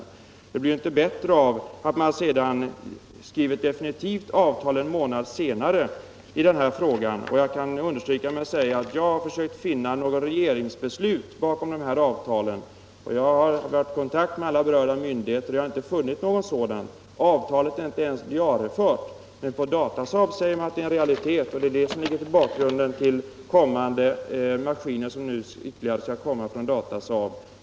Det hela blir inte bättre av att man skrev ett definitivt avtal i frågan en månad senare. Jag har försökt finna något regeringsbeslut bakom detta avtal, och jag har varit i kontakt med alla berörda myndigheter, men jag har inte funnit något sådant beslut. Avtalet är inte ens diariefört. På Datasaab säger man emellertid att avtalet är en realitet, och det är detta avtal som är bakgrunden till att ytterligare maskiner nu skall komma från Datasaab.